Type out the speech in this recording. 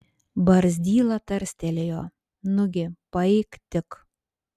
barzdyla tarstelėjo nugi paeik tik